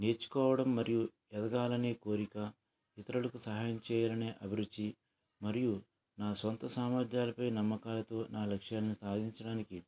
నేర్చుకోవడం మరియు ఎదగాలనే కోరికా ఇతరులకు సహాయం చేయాలనే అభిరుచి మరియు నా సొంత సామర్థ్యాలపై నమ్మకాలతో నా లక్ష్యాలను సాధించడానికి